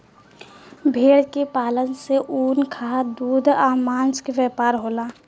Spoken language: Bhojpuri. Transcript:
भेड़ के पालन से ऊन, खाद, दूध आ मांस के व्यापार होला